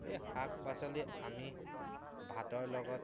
সেই শাক পাচলি আমি ভাতৰ লগত